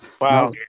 Wow